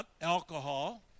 alcohol